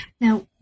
Now